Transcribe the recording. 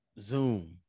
Zoom